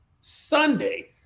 Sunday